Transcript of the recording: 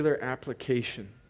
application